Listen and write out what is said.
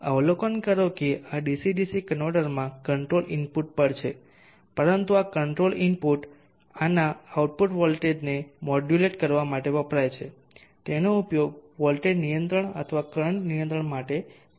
અવલોકન કરો કે આ ડીસી ડીસી કન્વર્ટરમાં કંટ્રોલ ઇનપુટ પણ છે પરંતુ આ કંટ્રોલ ઇનપુટ આના આઉટપુટ વોલ્ટેજને મોડ્યુલેટ કરવા માટે વપરાય છે તેનો ઉપયોગ વોલ્ટેજ નિયંત્રણ અથવા કરંટ નિયંત્રણ માટે થઈ શકે છે